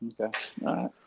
Okay